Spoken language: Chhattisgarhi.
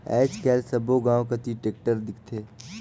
आएज काएल सब्बो गाँव कती टेक्टर दिखथे